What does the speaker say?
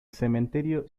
cementerio